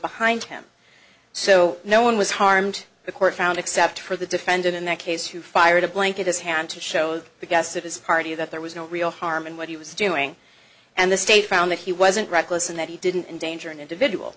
behind him so no one was harmed the court found except for the defendant in that case who fired a blanket his hand to show the guests of his party that there was no real harm in what he was doing and the state found that he wasn't reckless and that he didn't endanger an individual